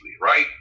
right